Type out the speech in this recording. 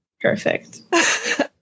Perfect